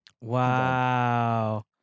Wow